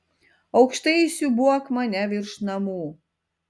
aukštai įsiūbuok mane virš namų